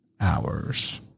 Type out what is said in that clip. hours